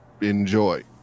enjoy